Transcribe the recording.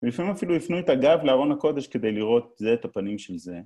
ולפעמים אפילו הפנו את הגב לארון הקודש כדי לראות זה את הפנים של זה.